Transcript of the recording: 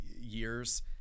years –